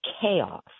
chaos